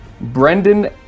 Brendan